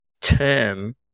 term